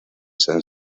san